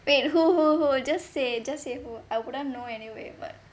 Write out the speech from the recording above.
wait who who who just say just say who I wouldn't know anyway [what]